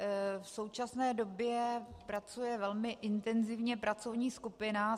V současné době pracuje velmi intenzivně pracovní skupina.